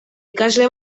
ikasle